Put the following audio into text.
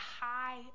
high